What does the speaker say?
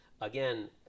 again